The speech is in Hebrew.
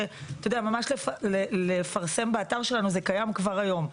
ממש לפרסם באתר שלנו זה קיים כבר היום,